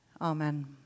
Amen